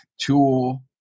tool